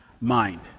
mind